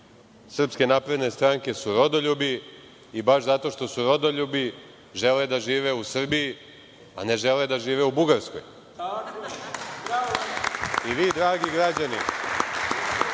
Srpske napredne stranke su rodoljubi i baš zato što su rodoljubi žele da žive u Srbiji, a ne žele da žive u Bugarskoj.I vi dragi građani